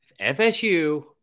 FSU